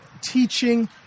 teaching